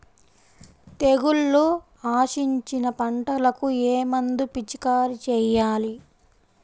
తెగుళ్లు ఆశించిన పంటలకు ఏ మందు పిచికారీ చేయాలి?